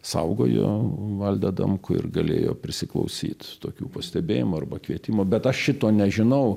saugojo valdą adamkų ir galėjo prisiklausyt tokių pastebėjimų arba kvietimų bet aš šito nežinau